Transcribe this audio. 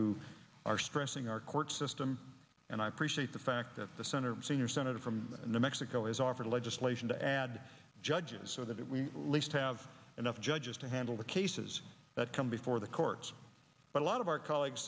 who are stressing our court system and i appreciate the fact that the center senior senator from new mexico has offered legislation to add judges so that we least have enough judges to handle the cases that come before the courts but a lot of our colleagues